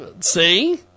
See